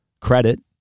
credit